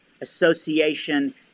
association